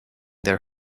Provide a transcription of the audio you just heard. their